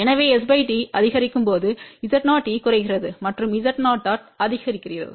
எனவே s d அதிகரிக்கும்போது Z0eகுறைகிறது மற்றும் Z0oஅதிகரிக்கிறது